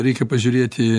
reikia pažiūrėti